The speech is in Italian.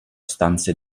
stanze